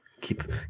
keep